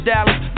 Dallas